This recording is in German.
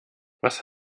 was